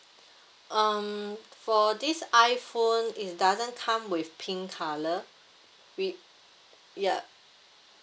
um for this iphone it doesn't come with pink colour we ya